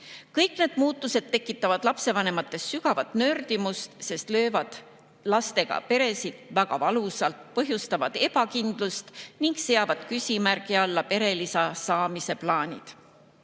Kõik need muutused tekitavad lapsevanemates sügavat nördimust, sest löövad lastega peresid väga valusalt, põhjustavad ebakindlust ning seavad küsimärgi alla perelisa saamise plaanid.